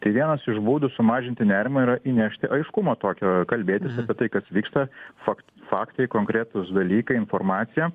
tai vienas iš būdų sumažinti nerimą yra įnešti aiškumo tokio kalbėtis apie tai kas vyksta fak faktai konkretūs dalykai informacija